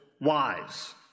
wise